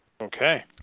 Okay